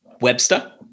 Webster